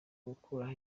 gukuraho